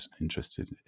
interested